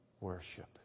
worship